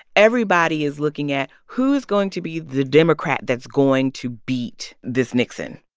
everybody is looking at, who's going to be the democrat that's going to beat this nixon?